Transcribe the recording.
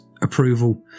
approval